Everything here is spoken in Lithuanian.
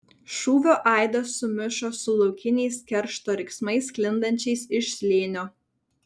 šūvio aidas sumišo su laukiniais keršto riksmais sklindančiais iš slėnio